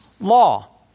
law